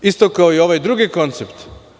Isto kao i ovaj drugi koncept.